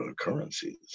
currencies